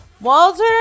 Walter